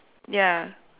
ya